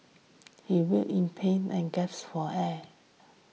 he writhed in pain and gasped for air